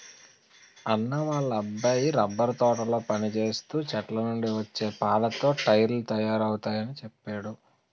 అన్నా వాళ్ళ అబ్బాయి రబ్బరు తోటలో పనిచేస్తూ చెట్లనుండి వచ్చే పాలతో టైర్లు తయారవుతయాని చెప్పేడు